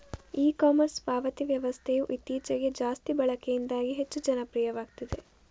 E commerce ಪಾವತಿ ವ್ಯವಸ್ಥೆಯು ಇತ್ತೀಚೆಗೆ ಜಾಸ್ತಿ ಬಳಕೆಯಿಂದಾಗಿ ಹೆಚ್ಚು ಜನಪ್ರಿಯವಾಗ್ತಿದೆ